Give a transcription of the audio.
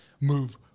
move